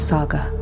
Saga